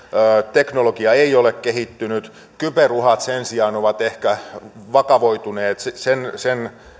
teknologia ei ole kehittynyt kyberuhat sen sijaan ovat ehkä vakavoituneet sen sen